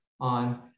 on